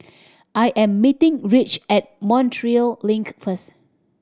I am meeting Ridge at Montreal Link first